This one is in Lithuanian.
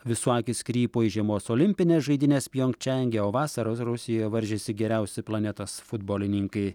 visų akys krypo į žiemos olimpines žaidynes pjongčiange o vasarą rusijoj varžėsi geriausi planetos futbolininkai